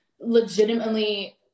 legitimately